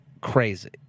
crazy